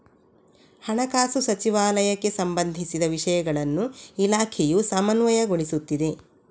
ಹಣಕಾಸು ಸಚಿವಾಲಯಕ್ಕೆ ಸಂಬಂಧಿಸಿದ ವಿಷಯಗಳನ್ನು ಇಲಾಖೆಯು ಸಮನ್ವಯಗೊಳಿಸುತ್ತಿದೆ